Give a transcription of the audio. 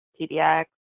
TDX